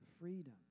freedom